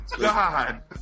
god